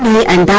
the and